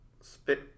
Spit